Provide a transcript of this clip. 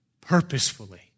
purposefully